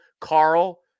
Carl